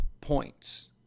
points